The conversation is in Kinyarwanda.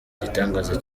gitangaza